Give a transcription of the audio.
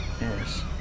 yes